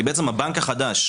כי הבנק החדש,